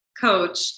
coach